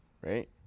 right